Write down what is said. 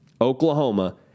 Oklahoma